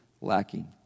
lacking